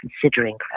considering